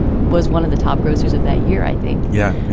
was one of the top grosses of that year, i think. yeah. yeah.